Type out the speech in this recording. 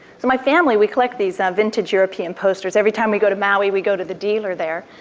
so my family, we collect these ah vintage european posters. every time we go to maui, we go to the dealer there,